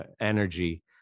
energy